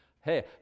hey